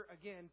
again